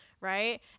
Right